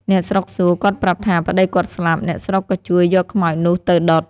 អ្នកស្រុកសួរ, គាត់ប្រាប់ថា "ប្តីគាត់ស្លាប់" អ្នកស្រុកក៏ជួយយកខ្មោចនោះទៅដុត,